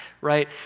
right